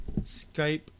Skype